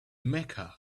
mecca